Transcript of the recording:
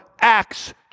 Acts